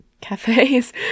cafes